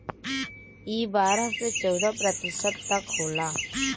ई बारह से चौदह प्रतिशत तक होला